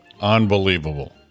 Unbelievable